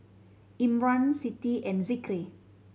Imran Siti and Zikri